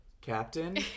captain